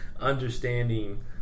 understanding